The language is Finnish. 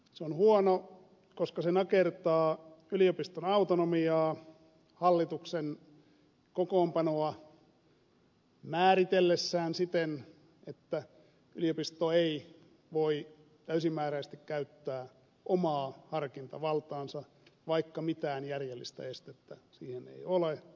se on huono koska se nakertaa yliopiston autonomiaa hallituksen kokoonpanoa määritellessään siten että yliopisto ei voi täysimääräisesti käyttää omaa harkintavaltaansa vaikka mitään järjellistä estettä siihen ei ole